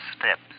steps